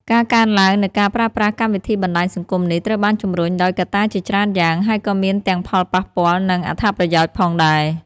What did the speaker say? ការកើនឡើងនូវការប្រើប្រាស់កម្មវិធីបណ្ដាញសង្គមនេះត្រូវបានជំរុញដោយកត្តាជាច្រើនយ៉ាង ហើយក៏មានទាំងផលប៉ះពាល់ និងអត្ថប្រយោជន៍ផងដែរ។